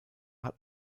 hat